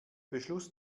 beschluss